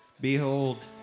Behold